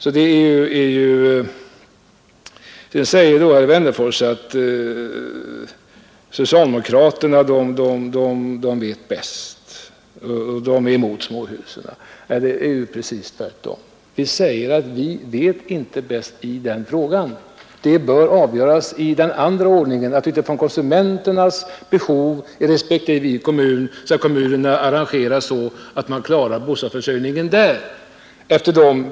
Herr Wennerfors säger att socialdemokraterna vet bäst och de är emot småhusen. Men det är ju precis tvärtom! Vi säger att vi inte vet bäst i der frågan, den bör avgöras i den andra ordningen: utifrån konsumenternas behov i respektive kommun skall kommunerna sköta bostadsförsörjningen.